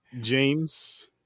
James